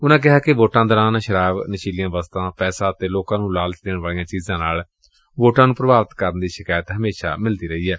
ਉਨਾਂ ਕਿਹਾ ਕਿ ਵੋਟਾਂ ਦੌਰਾਨ ਸ਼ਰਾਬ ਨਸ਼ੀਲੀਆਂ ਵਸਤਾਂ ਪੈਸਾ ਅਤੇ ਲੋਕਾਂ ਨ੍ਨੰ ਲਾਲਚ ਦੇਣ ਵਾਲੀਆਂ ਚੀਜਾਂ ਨਾਲ ਵੋਟਾਂ ਨੂੰ ਪ੍ਰਭਾਵਿਤ ਕਰਨ ਦੀ ਸ਼ਿਕਾਇਤ ਹਮੇਸ਼ਾ ਮਿਲਦੀ ਰਹੀ ਏ